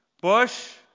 Bush